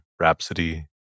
rhapsody